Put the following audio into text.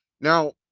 Now